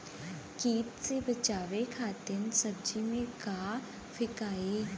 कीट से बचावे खातिन सब्जी में का फेकाई?